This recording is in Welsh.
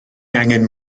angen